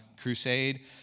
crusade